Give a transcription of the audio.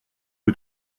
que